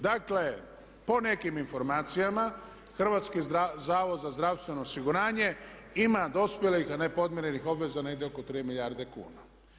Dakle, po nekim informacijama Hrvatski zavod za zdravstveno osiguranje ima dospjelih a nepodmirenih obveza negdje oko 3 milijarde kuna.